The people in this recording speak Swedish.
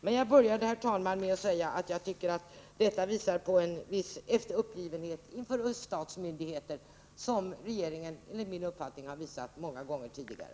Men jag började, herr talman, med att säga att jag tycker att svaret visar på en viss uppgivenhet inför öststatsmyndigheter — som regeringen enligt min uppfattning har visat många gånger tidigare.